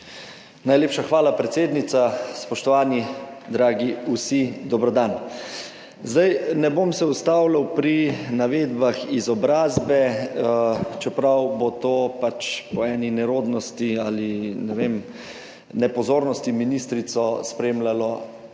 Najlepša hvala, predsednica. Spoštovani dragi vsi, dober dan! Zdaj, ne bom se ustavljal pri navedbah izobrazbe, čeprav bo to pač po eni nerodnosti ali ne vem nepozornosti ministrico spremljalo